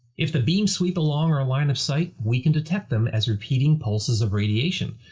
if the beam sweeps along our line of sight, we can detect them as repeating pulses of radiation.